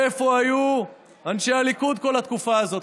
איפה היו אנשי הליכוד כל התקופה הזאת?